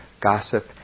gossip